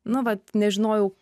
nu vat nežinojau